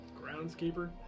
Groundskeeper